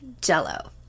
Jello